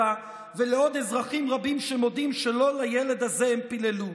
ולעוד אזרחים רבים שמודים שלא לילד הזה הם פיללו: